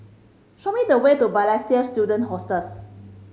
show me the way to Balestier Student Hostels